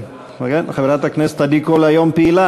חברת הכנסת עדי קול פעילה היום.